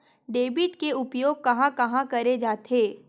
Debit के उपयोग कहां कहा करे जाथे?